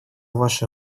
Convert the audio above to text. ваше